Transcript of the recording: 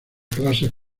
clases